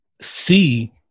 see